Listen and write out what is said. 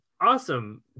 awesome